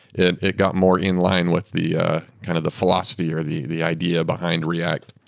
and it got more in-line with the kind of the philosophy, or the the idea behind react.